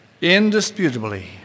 indisputably